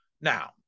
Now